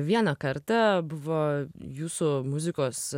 vieną kartą buvo jūsų muzikos